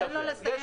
תן לו לסיים.